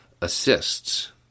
assists